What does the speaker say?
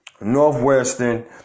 Northwestern